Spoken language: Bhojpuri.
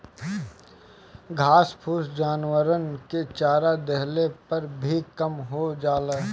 घास फूस जानवरन के चरा देहले पर भी कम हो जाला